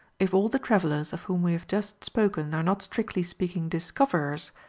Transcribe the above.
if all the travellers of whom we have just spoken are not strictly speaking discoverers,